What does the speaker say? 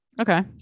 okay